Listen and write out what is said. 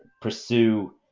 pursue